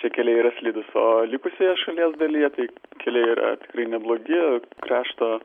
čia keliai yra slidūs o likusioje šalies dalyje tai keliai yra neblogi krašto